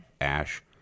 ash